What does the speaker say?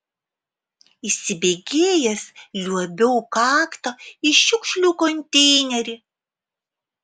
įsibėgėjęs liuobiau kakta į šiukšlių konteinerį